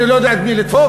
אני לא יודע את מי לדפוק,